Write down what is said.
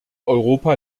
europa